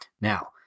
Now